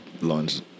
launch